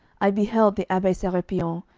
i beheld the abbe serapion,